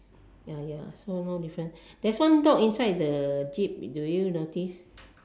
ya ya so no difference there is one dog inside the jeep do you notice